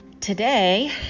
Today